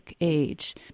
age